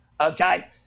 Okay